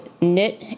knit